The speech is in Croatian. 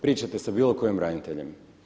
Pričajte sa bilokojim braniteljem.